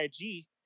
IG